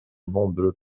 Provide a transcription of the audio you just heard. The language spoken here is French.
nombreux